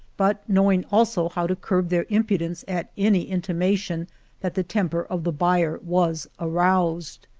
but knowing also how to curb their impudence at any intimation that the temper of the buyer was aroused.